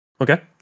Okay